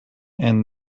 and